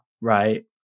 right